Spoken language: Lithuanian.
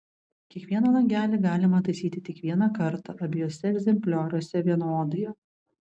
kiekvieną langelį galima taisyti tik vieną kartą abiejuose egzemplioriuose vienodai